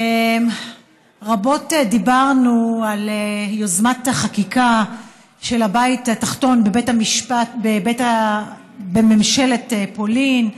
רבות דיברנו על יוזמת החקיקה של הבית התחתון בבית המשפט בממשלת פולין,